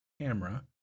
camera